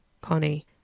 Connie